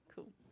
Cool